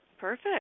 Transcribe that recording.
Perfect